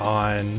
on